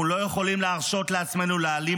אנחנו לא יכולים להרשות לעצמנו להעלים